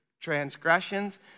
transgressions